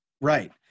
right